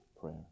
prayer